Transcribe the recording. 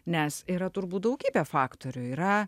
nes yra turbūt daugybė faktorių yra